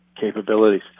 capabilities